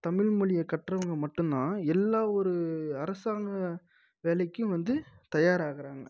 தமிழ்மொழியை கற்றவங்க மட்டுந்தான் எல்லா ஒரு அரசாங்க வேலைக்கும் வந்து தயாராகிறாங்க